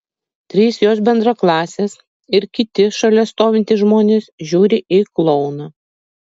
trys jos bendraklasės ir kiti šalia stovintys žmonės žiūri į klouną